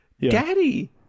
daddy